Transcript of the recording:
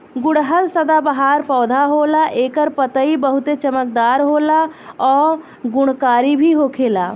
गुड़हल सदाबाहर पौधा होला एकर पतइ बहुते चमकदार होला आ गुणकारी भी होखेला